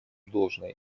должное